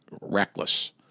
reckless